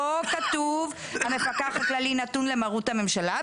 פה כתוב שהמפקח הכללי נתון למרות הממשלה,